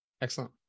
Excellent